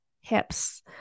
hips